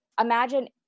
imagine